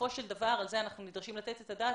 בסופו של דבר על זה אנחנו נדרשים לתת את הדעת